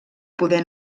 poder